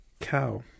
cow